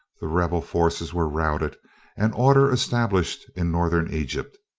the rebel forces were routed and order established in northern egypt.